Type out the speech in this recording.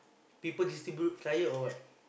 people distribute flyer or what